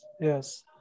yes